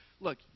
Look